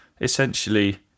essentially